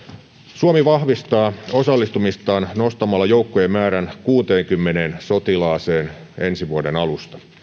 suomi vahvistaa osallistumistaan nostamalla joukkojen määrän kuuteenkymmeneen sotilaaseen ensi vuoden alusta